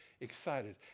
excited